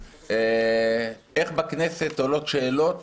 איך בכנסת עולות שאלות